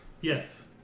Yes